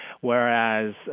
whereas